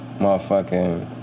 motherfucking